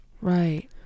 Right